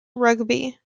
rugby